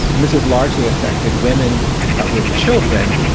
and this has largely affected women with children,